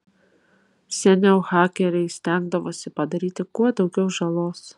seniau hakeriai stengdavosi padaryti kuo daugiau žalos